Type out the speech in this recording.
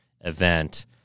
event